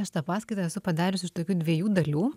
aš tą paskaitą esu padarius iš tokių dviejų dalių